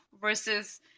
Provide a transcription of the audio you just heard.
versus